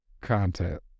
content